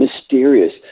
mysterious